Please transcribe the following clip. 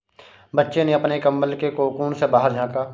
बच्चे ने अपने कंबल के कोकून से बाहर झाँका